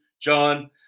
John